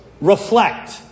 reflect